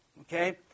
okay